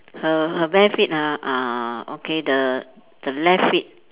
her her bare feet ah uh okay the the left feet